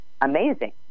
amazing